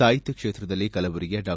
ಸಾಹಿತ್ಯ ಕ್ಷೇತ್ರದಲ್ಲಿ ಕಲಬುರಗಿಯ ಡಾ